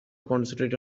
concentrate